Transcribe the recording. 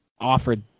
offered